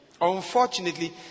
unfortunately